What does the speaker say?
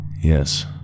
yes